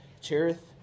Cherith